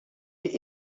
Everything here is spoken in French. est